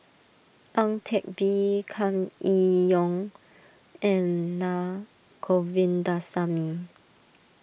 Ang Teck Bee Kam Kee Yong and Naa Govindasamy